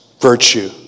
virtue